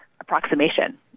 approximation